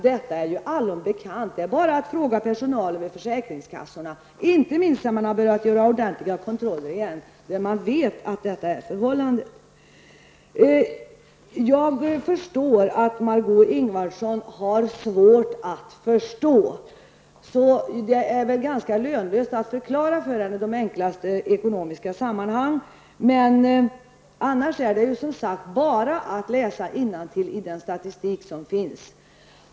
Detta är ju allom bekant. Det är bara att fråga personalen vid försäkringskassorna. Inte minst sedan man har börjat göra ordentliga kontroller igen, vet man att detta är förhållandet. Jag förstår att Margó Ingvardsson har svårt att förstå, så det är väl ganska lönlöst att försöka förklara de enklaste ekonomiska sammanhang för henne. Men annars är det som sagt bara att läsa innantill i den statistik som finns.